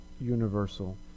Universal